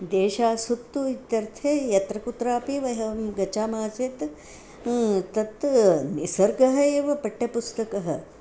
देशासुत्तु इत्यर्थे यत्र कुत्रापि वयं गतमासीत् तत् निसर्गः एव पाठ्यपुस्तकम्